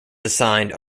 assigned